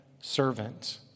servant